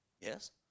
Yes